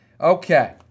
Okay